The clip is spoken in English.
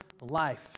life